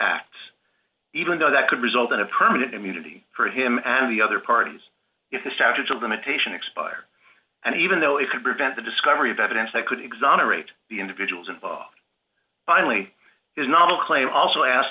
acts even though that could result in a permanent immunity for him and the other pardons if the statutes of limitation expire and even though it could prevent the discovery of evidence that could exonerate the individuals involved finally is not a claim also ask